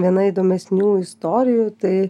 viena įdomesnių istorijų tai